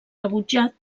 rebutjat